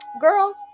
Girl